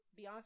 Beyonce